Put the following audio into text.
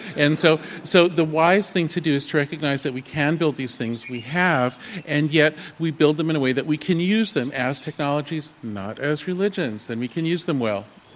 and so so the wise thing to do is to recognize that we can build these things. we have and yet we build them in a way that we can use them as technology, not as religions, and we can use them well,